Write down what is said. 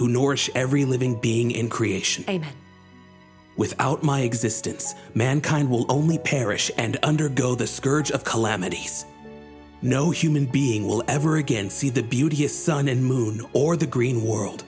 norse every living being in creation and without my existence mankind will only perish and undergo the scourge of calamities no human being will ever again see the beauty a sun and moon or the green world